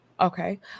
okay